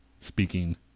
speaking